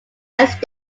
east